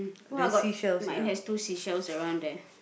!wah! got mine has two seashells around there